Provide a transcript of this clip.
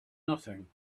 nothing